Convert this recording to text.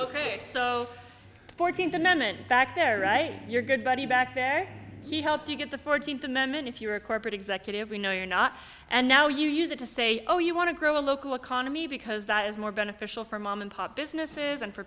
the fourteenth amendment back there right your good buddy back there he helped you get the fourteenth amendment if you're a corporate executive we know you're not and now you use it to say oh you want to grow a local economy because that is more beneficial for mom and pop businesses and for